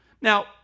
Now